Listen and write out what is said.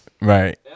Right